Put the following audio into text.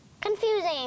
Confusing